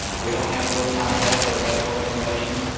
we don't have realtime health or medical information.